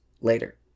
later